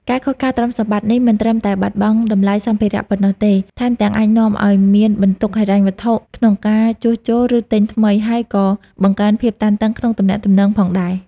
ការខូចខាតទ្រព្យសម្បត្តិនេះ មិនត្រឹមតែបាត់បង់តម្លៃសម្ភារៈប៉ុណ្ណោះទេ ថែមទាំងអាចនាំឲ្យមានបន្ទុកហិរញ្ញវត្ថុក្នុងការជួសជុល ឬទិញថ្មី ហើយក៏បង្កើនភាពតានតឹងក្នុងទំនាក់ទំនងផងដែរ។